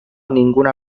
ninguna